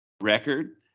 record